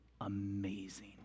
amazing